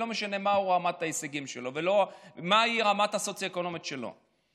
לא משנה מה רמת ההישגים שלו ולא מה הרמה הסוציו-אקונומית שלו.